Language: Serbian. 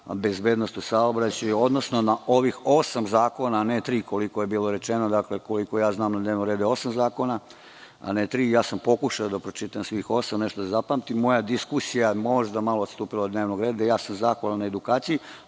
bezbednost u saobraćaju, odnosno na ovih osam zakona, a ne tri koliko je bilo rečeno, jer je na dnevnom redu osam zakona. Pokušao sam da pročitam svih osam, nešto da zapamtim, a moja je diskusija možda malo odstupila od dnevnog reda i ja sam zahvalan na edukaciji,